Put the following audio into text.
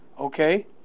okay